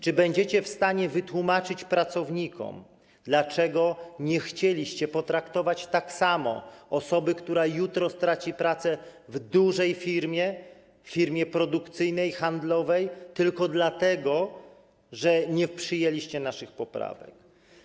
Czy będziecie w stanie wytłumaczyć pracownikom, dlaczego nie chcieliście potraktować tak samo osoby, która jutro straci pracę w dużej firmie, firmie produkcyjnej, handlowej tylko dlatego, że nie przyjęliście naszych poprawek.